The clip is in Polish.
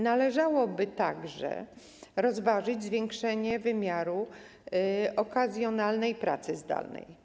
Należałoby także rozważyć zwiększenie wymiaru okazjonalnej pracy zdalnej.